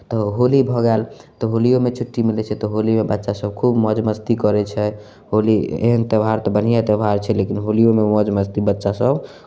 तऽ होली भऽ गेल तऽ होलिओमे छुट्टी मिलै छै तऽ होलीमे बच्चासभ खूब मौज मस्ती करै छै होली एहन त्योहार तऽ बढ़िएँ त्योहार छै लेकिन होलिओमे मौजमस्ती बच्चासभ